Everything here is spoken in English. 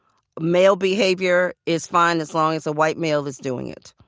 male behavior is fine as long as a white male is doing it.